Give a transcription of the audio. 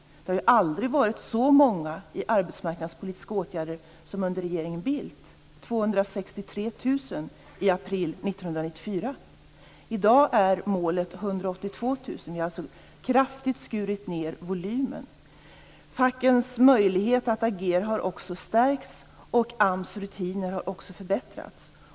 Det har aldrig funnits så många i arbetsmarknadspolitiska åtgärder som under regeringen Vi har alltså kraftigt skurit ned volymen. Fackens möjlighet att agera har också stärkts, och AMS rutiner har förbättrats.